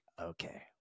okay